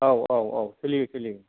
औ औ औ सोलियो सोलियो